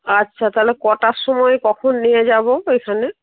আচ্ছা তাহলে কটার সময় কখন নিয়ে যাব ওইখানে